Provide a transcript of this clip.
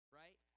right